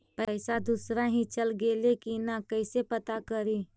पैसा दुसरा ही चल गेलै की न कैसे पता करि?